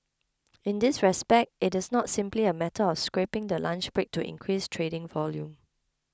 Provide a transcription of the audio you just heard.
in this respect it is not simply a matter of scrapping the lunch break to increase trading volume